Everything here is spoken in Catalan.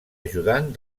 ajudant